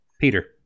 Peter